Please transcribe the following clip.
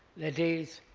that is,